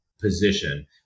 position